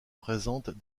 présentent